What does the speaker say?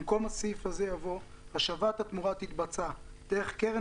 במקום הסעיף הזה יבוא: השבת התמורה תתבצע דרך קרן